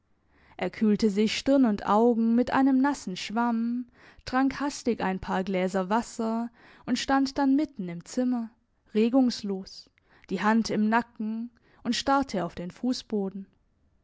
er kühlte sich stirn und augen mit einem nassen schwamm trank hastig ein paar gläser wasser und stand dann mitten im zimmer regungslos die hand im nacken und starrte auf den fussboden